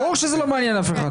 ברור שזה לא מעניין אף אחד.